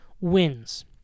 wins